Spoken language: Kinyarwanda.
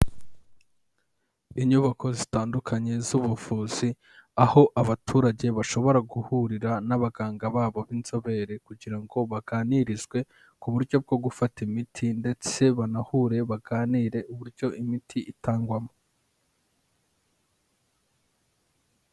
Inyubako zitandukanye z'ubuvuzi, aho abaturage bashobora guhurira n'abaganga babo b'inzobere, kugira ngo baganirizwe ku buryo bwo gufata imiti ndetse banahure baganire uburyo imiti itangwamo.